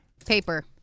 Paper